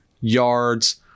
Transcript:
yards